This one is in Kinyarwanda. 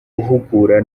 guhugura